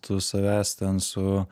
tu savęs ten su